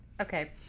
okay